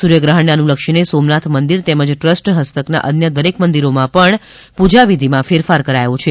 સૂર્યગ્રહણને અનુલક્ષીને સોમનાથ મંદિર તેમજ ટ્રસ્ટ હસ્તકના અન્ય દરેક મંદિરોમાં પણ પૂજાવિધિમાં ફેરફાર કરાયો છે